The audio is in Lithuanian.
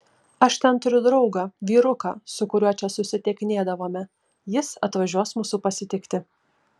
aš ten turiu draugą vyruką su kuriuo čia susitikinėdavome jis atvažiuos mūsų pasitikti